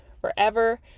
forever